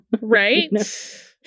Right